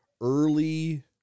early